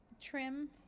trim